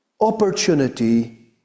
opportunity